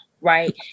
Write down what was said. Right